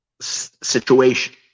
situation